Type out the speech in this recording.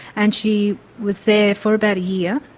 and she was there for about a year,